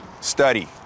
Study